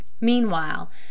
meanwhile